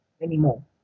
anymore